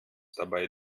dabei